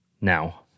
Now